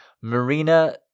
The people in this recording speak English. Marina